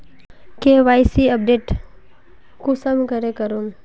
KYC update कुंसम करे करूम?